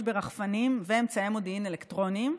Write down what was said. ברחפנים ואמצעי מודיעין אלקטרוניים.